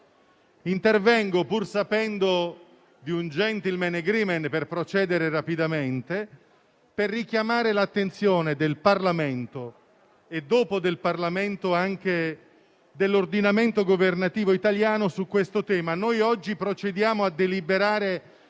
Intervengo, pur sapendo di un *gentlemen's agreement* per procedere rapidamente, per richiamare l'attenzione del Parlamento e, a seguire, anche dell'ordinamento governativo italiano su questo tema. Noi oggi procediamo per deliberare